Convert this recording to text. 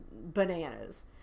bananas